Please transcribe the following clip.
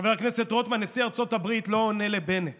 חבר הכנסת רוטמן, נשיא ארצות הברית לא עונה לבנט